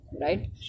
Right